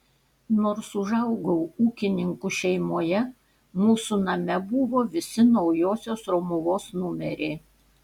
nors užaugau ūkininkų šeimoje mūsų name buvo visi naujosios romuvos numeriai